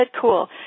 Cool